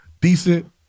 decent